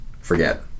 forget